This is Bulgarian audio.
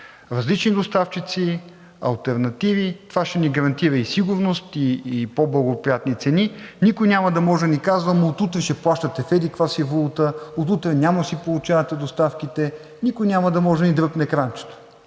различни доставчици, алтернативи. Това ще ни гарантира и сигурност, и по-благоприятни цени. Никой няма да може да ни казва: ама от утре ще плащате в еди-каква си валута, от утре няма да си получавате доставките. Никой няма да може да ни дръпне кранчето.